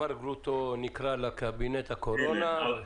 פרופ' איתמר גרוטו נקרא לקבינט הקורונה.